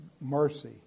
mercy